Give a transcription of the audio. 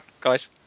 guys